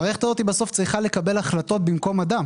המערכת הזאת בסוף צריכה לקבל החלטות במקום אדם.